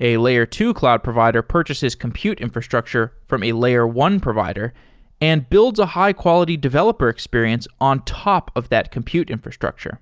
a layer two cloud provider purchases compute infrastructure from a layer one provider and builds a high-quality developer experience on top of that compute infrastructure